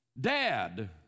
Dad